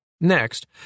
Next